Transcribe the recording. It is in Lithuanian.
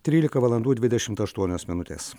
trylika valandų dvidešimt aštuonios minutės